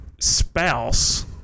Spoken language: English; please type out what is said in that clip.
spouse